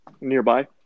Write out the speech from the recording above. nearby